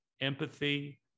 empathy